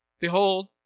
Behold